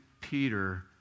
Peter